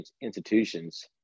institutions